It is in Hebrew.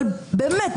אבל באמת,